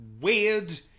weird